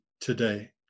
today